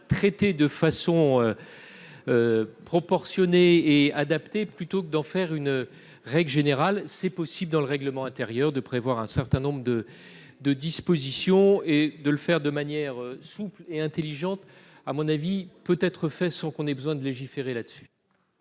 traiter de façon proportionnée et adaptée, plutôt que d'en faire une règle générale c'est possible dans le règlement intérieur de prévoir un certain nombre de de dispositions et de le faire de manière souple et intelligente, à mon avis peut être fait sans qu'on ait besoin de légiférer là-dessus.